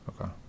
Okay